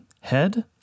Head